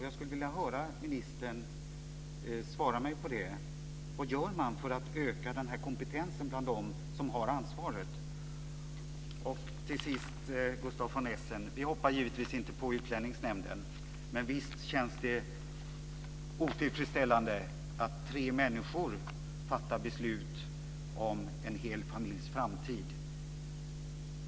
Jag skulle vilja höra ministern svara mig på det. Till sist, Gustaf von Essen, hoppar vi givetvis inte på Utlänningsnämnden. Men visst känns det otillfredsställande att tre människor fattar beslut om en hel familjs framtid.